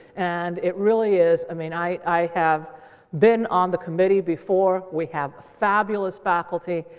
and it really is. i mean i i have been on the committee before. we have fabulous faculty.